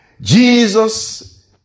Jesus